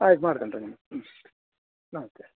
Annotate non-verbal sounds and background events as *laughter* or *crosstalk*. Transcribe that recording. ಆಯ್ತು ಮಾಡ್ತೀನಿ ತಡೀರಿ *unintelligible*